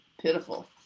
pitiful